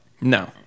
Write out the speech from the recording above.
No